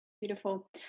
Beautiful